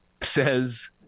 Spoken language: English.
says